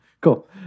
Cool